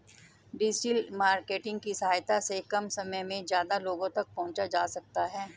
digital marketing की सहायता से कम समय में ज्यादा लोगो तक पंहुचा जा सकता है